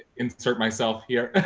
insert myself here?